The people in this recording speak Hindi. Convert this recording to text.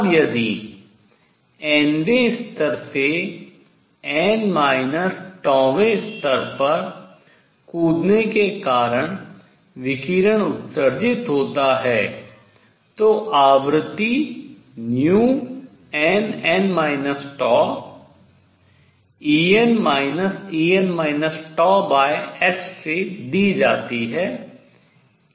अब यदि nवें स्तर से वें स्तर पर कूदने के कारण विकिरण उत्सर्जित होता है तो आवृत्ति से दी जाती है